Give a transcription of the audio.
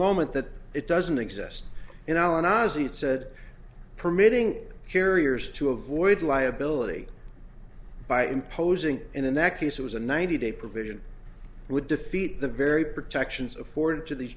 moment that it doesn't exist in alan ozzie it said permitting carriers to avoid liability by imposing in that case it was a ninety day provision would defeat the very protections afforded to these